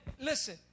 listen